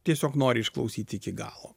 tiesiog nori išklausyti iki galo